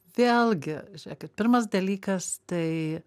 vėlgi žiūrėkit pirmas dalykas tai